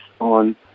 on